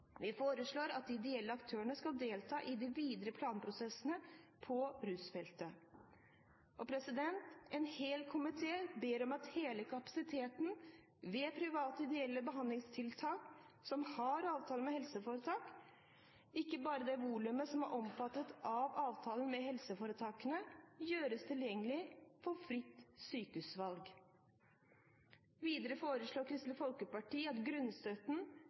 Vi foreslår at de ideelle aktørene skal delta i de videre planprosessene på rusfeltet. Hele komiteen ber om at hele kapasiteten ved private og ideelle behandlingstiltak som har avtale med helseforetak, ikke bare det volumet som er omfattet av avtalen med helseforetaket, gjøres tilgjengelig for fritt sykehusvalg. Videre foreslår Kristelig Folkeparti at grunnstøtten